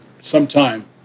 sometime